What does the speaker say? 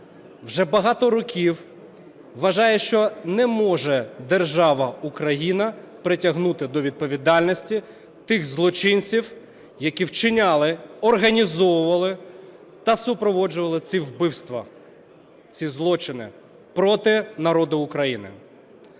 вже багато років вважає, що не може держава Україна притягнути до відповідальності тих злочинців, які вчиняли, організовували та супроводжували ці вбивства, ці злочини проти народу України.